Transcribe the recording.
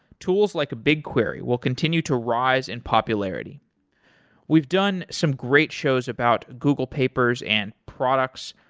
tools like bigquery will continue to rise in popularity we've done some great shows about google papers and products,